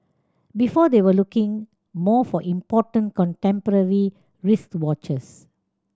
before they were looking more for important contemporary wristwatches